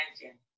imagine